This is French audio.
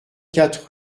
quatre